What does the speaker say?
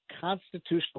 Constitutional